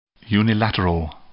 unilateral